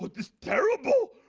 but this terrible.